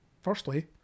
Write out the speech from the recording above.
firstly